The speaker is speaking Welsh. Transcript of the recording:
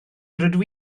rydw